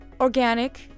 organic